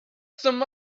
some